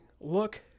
look